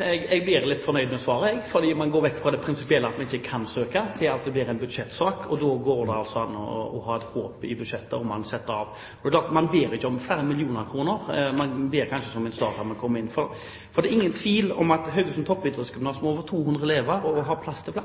Jeg ble litt fornøyd med det svaret fordi man går vekk fra det prinsipielle, fra at man ikke kan søke, til at det blir en budsjettsak. Da går det altså an å ha et håp om at man setter av midler i budsjettet. Man ber jo ikke om flere millioner kroner. Man ber kanskje om en start for å komme inn, for det er ingen tvil om at Haugesund Toppidrettsgymnas, med over 200